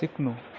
सिक्नु